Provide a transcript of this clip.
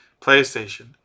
PlayStation